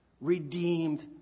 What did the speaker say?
Redeemed